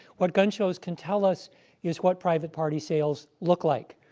what gun shows can tell us is what private party sales look like.